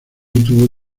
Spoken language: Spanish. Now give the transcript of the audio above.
tuvo